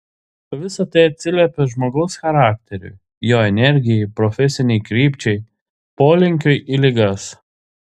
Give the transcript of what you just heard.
visa tai atsiliepia žmogaus charakteriui jo energijai profesinei krypčiai polinkiui į ligas